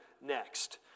next